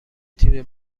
تیم